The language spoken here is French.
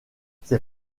ses